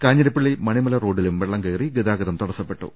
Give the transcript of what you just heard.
കാഞ്ഞിരപ്പള്ളി മണിമല റോഡിലും വെള്ളം കയറി ഗതാഗതം തടസ്സപ്പെട്ടു